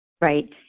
right